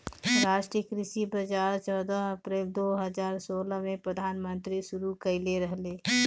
राष्ट्रीय कृषि बाजार चौदह अप्रैल दो हज़ार सोलह में प्रधानमंत्री शुरू कईले रहले